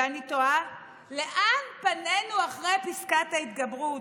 ואני תוהה לאן פנינו אחרי פסקת ההתגברות,